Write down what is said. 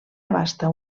abasta